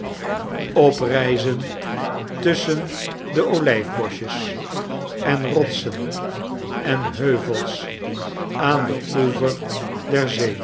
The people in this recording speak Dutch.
zen tusschen de olijfboschjes en rotsen en heuvels aan den oever